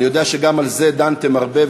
אני יודע שגם על זה דנתם הרבה,